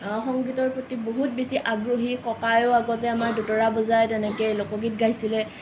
সংগীতৰ প্ৰতি বহুত বেছি আগ্ৰহী ককায়েও আগতে আমাৰ দোতাৰা বজায় তেনেকৈ লোকগীত গাইছিলে